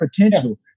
potential